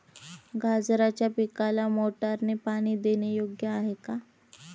गाजराच्या पिकाला मोटारने पाणी देणे योग्य आहे का?